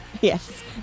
Yes